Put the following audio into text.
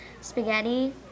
Spaghetti